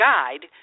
guide